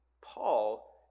Paul